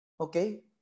okay